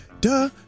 Duh